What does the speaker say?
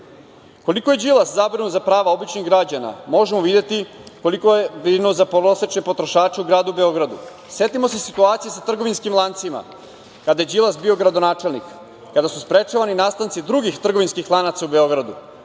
gasova. Koliko je Đilas zabrinut za prava običnih građana možemo videti koliko je brinuo za prosečne potrošače u gradu Beogradu. Setimo se situacije sa trgovinskim lancima kada je Đilas bio gradonačelnik, kada su sprečavani nastanci drugih lanaca u Beogradu,